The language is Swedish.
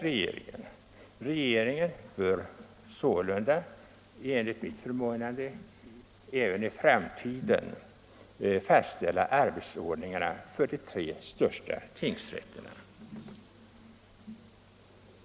Regeringen bör således enligt mitt förmenande även i framtiden fastställa arbetsordningen för de tre största tingsrätterna.